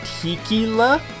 Tequila